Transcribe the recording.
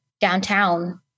downtown